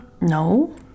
No